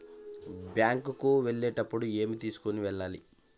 Bank కు వెళ్ళేటప్పుడు ఏమి తీసుకొని వెళ్ళాలి?